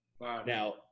Now